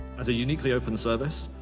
as a uniquely open service,